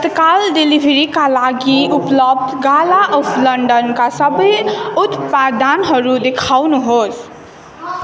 तत्काल डेलिभरीका लागि उपलब्ध गाला अफ लन्डनका सबै उत्पादनहरू देखाउनुहोस्